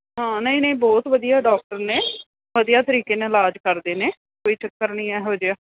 ਹਾਂ ਨਹੀਂ ਨਹੀਂ ਬਹੁਤ ਵਧੀਆ ਡਾਕਟਰ ਨੇ ਵਧੀਆ ਤਰੀਕੇ ਨਾਲ ਇਲਾਜ ਕਰਦੇ ਨੇ ਕੋਈ ਚੱਕਰ ਨਹੀਂ ਇਹੋ ਜਿਹਾ